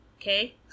okay